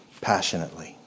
passionately